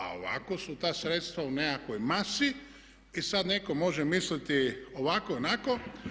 A ovako su ta sredstva u nekakvoj masi i sad netko može misliti ovako i onako.